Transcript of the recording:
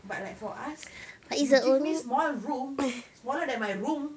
but like for us you give me small room smaller than my room